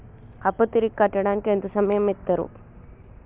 అప్పు తిరిగి కట్టడానికి ఎంత సమయం ఇత్తరు?